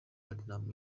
platnumz